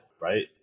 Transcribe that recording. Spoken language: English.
Right